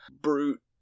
brute